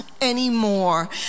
anymore